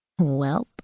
Welp